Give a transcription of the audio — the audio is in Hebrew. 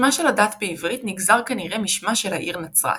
שמה של הדת בעברית נגזר כנראה משמה של העיר נצרת.